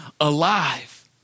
alive